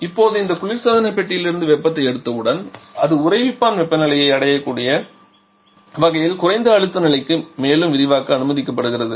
இப்போது இந்த குளிர்சாதன பெட்டி பெட்டியிலிருந்து வெப்பத்தை எடுத்தவுடன் அது உறைவிப்பான் வெப்பநிலையை அடையக்கூடிய வகையில் குறைந்த அழுத்த நிலைக்கு மேலும் விரிவாக்க அனுமதிக்கப்படுகிறது